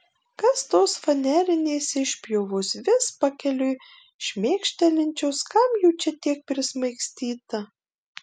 kas tos fanerinės išpjovos vis pakeliui šmėkštelinčios kam jų čia tiek prismaigstyta